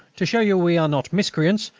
to show you we are not miscreants,